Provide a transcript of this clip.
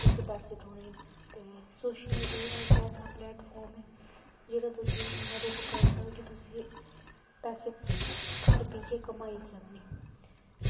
तुसें पैसे थ्होने न ते सोशल मीडिया इक ऐसा प्लेटफार्म ऐ जेह्ड़ा तुसेंगी मदद करदा ऐ कि तुसें पैसे घर बेहियै कमाई सकने